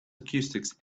acoustics